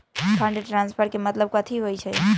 Fund transfer के मतलब कथी होई?